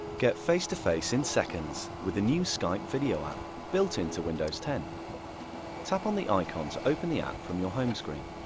get face-to-face in seconds with the new skype video app, built into windows ten tap on the icon to open the app from your home screen.